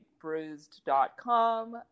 bruised.com